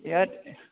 ইয়াত